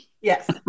Yes